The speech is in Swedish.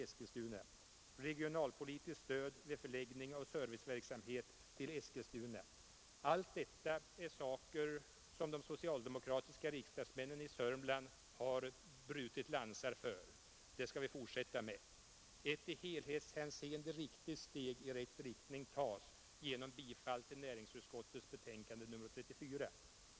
Det pekades i utredningen på: Allt detta är saker som de socialdemokratiska riksdagsmännen i Sörmland har brutit lansar för. Det skall vi fortsätta med. Ett i helhetshänseende viktigt steg i rätt riktning tas genom bifall till näringsutskottets hemställan i dess betänkande nr 34.